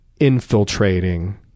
infiltrating